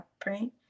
praying